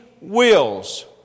wills